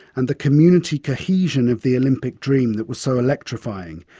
and the community cohesion of the olympic dream that was so electrifying.